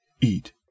Eat